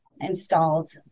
installed